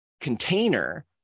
Container